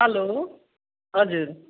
hello हजुर